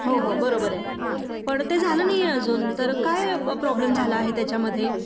हो हो बरोबर आहे पण ते झालं नाही आहे अजून तर काय प प्रॉब्लेम झाला आहे त्याच्यामध्ये